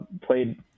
played